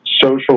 social